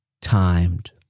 timed